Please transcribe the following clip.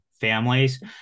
families